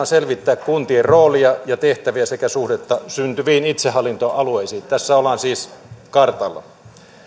selvittää kuntien roolia ja tehtäviä sekä suhdetta syntyviin itsehallintoalueisiin tässä ollaan siis kartalla